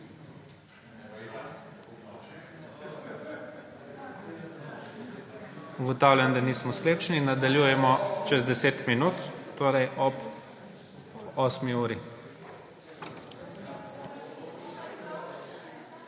Ugotavljam, da nismo sklepčni. Nadaljujemo čez 10 minut, torej ob 20. uri.